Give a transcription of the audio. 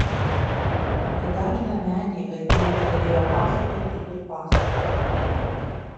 apie dažną medį aidulis galėjo pasakoti ir pasakoti